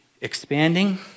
Expanding